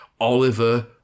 Oliver